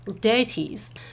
deities